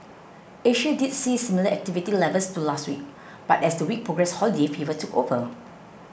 Asia did see similar activity levels to last week but as the week progressed holiday fever took over